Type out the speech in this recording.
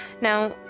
Now